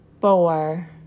four